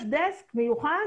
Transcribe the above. יש דסק מיוחד